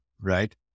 right